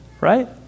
right